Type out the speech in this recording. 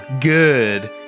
good